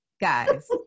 Guys